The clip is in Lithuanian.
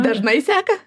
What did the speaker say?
dažnai seka